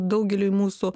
daugeliui mūsų